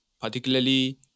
particularly